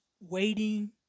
Waiting